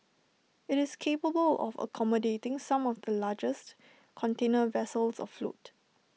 IT is capable of accommodating some of the largest container vessels afloat